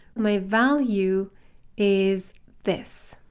my value is this.